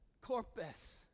corpus